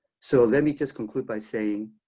so let me just conclude by saying,